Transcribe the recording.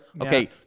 Okay